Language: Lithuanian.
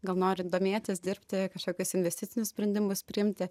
gal nori domėtis dirbti kažkokius investicinius sprendimus priimti